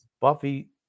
Buffy